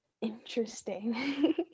interesting